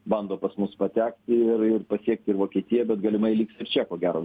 bando pas mus patekti ir ir pasiekt ir vokietiją bet galimai liks ir čia ko gero